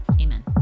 Amen